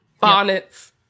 bonnets